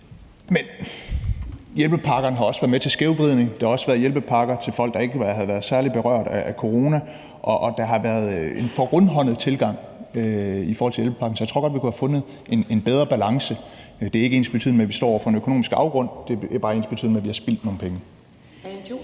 Men hjælpepakkerne har også været med til at lave en skævvridning. Der har også været hjælpepakker til folk, der ikke har været særlig berørt af corona, og der har været en for rundhåndet tilgang til hjælpepakker. Så jeg tror godt, vi kunne have fundet en bedre balance. Det er ikke ensbetydende med, at vi står foran en økonomisk afgrund; det er ensbetydende med, at vi har spildt nogle penge. Kl.